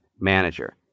manager